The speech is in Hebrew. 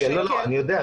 לא, אני יודע.